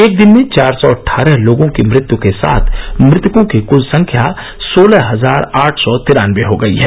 एक दिन में चार सौ अट्ठारह लोगों की मृत्यु के साथ मृतकों की कुल संख्या सोलह हजार आठ सौ तिरानवे हो गई है